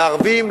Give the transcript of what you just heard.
לערבים,